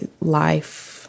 life